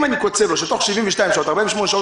אם אני קוצב לו שתוך 72 שעות או 48 שעות